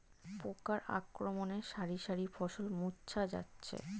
পোকার আক্রমণে শারি শারি ফসল মূর্ছা যাচ্ছে